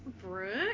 Brooke